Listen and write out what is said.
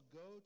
go